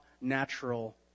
natural